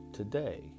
today